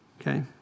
Okay